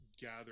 gather